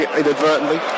inadvertently